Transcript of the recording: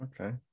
Okay